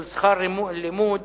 של שכר הלימוד,